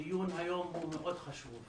הדיון היום הוא חשוב מאוד